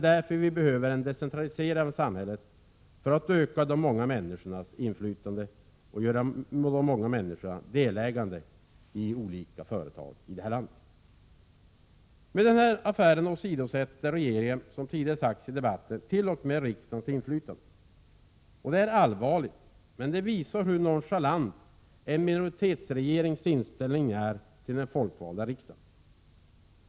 Det behövs därför en decentralisering av samhället. På det sättet kan fler människor få inflytande och bli delägare i olika företag i det här landet. Med den här affären åsidosätter regeringen, som har sagts tidigare i debatten, t.o.m. riksdagens inflytande. Det är allvarligt och det visar hur nonchalant en minoritetsregerings inställning är till den folkvalda riksdagen.